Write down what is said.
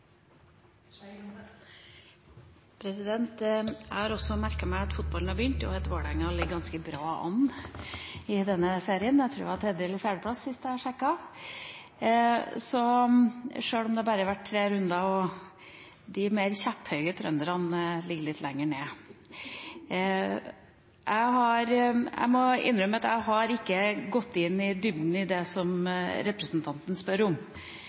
Jeg har også merket meg at fotballsesongen har begynt, og at Vålerenga ligger ganske bra an i denne serien – jeg tror det var tredje- eller fjerdeplass sist jeg sjekket – sjøl om det bare har vært tre runder, og at de mer kjepphøye trønderne ligger litt lenger nede. Jeg må innrømme at jeg har ikke gått inn i dybden i det som representanten spør om,